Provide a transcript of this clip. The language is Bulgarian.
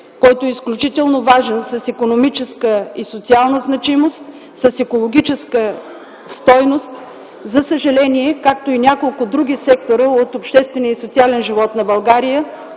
който е изключително важен и е с икономическа и социална значимост, с екологическа стойност, за съжаление, както и няколко други сектора от обществения и социален живот на България,